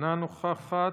אינה נוכחת.